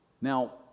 Now